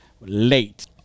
Late